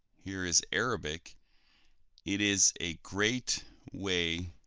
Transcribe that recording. here is arabic it is a great way